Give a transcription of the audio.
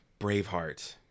Braveheart